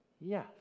yes